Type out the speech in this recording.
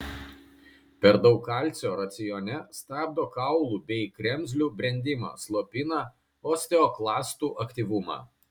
per daug kalcio racione stabdo kaulų bei kremzlių brendimą slopina osteoklastų aktyvumą